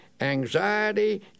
anxiety